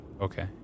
Okay